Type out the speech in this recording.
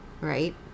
right